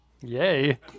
Yay